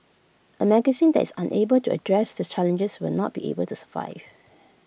A magazine that is unable to address the challenges will not be able to survive